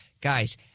guys